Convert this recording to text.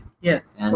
Yes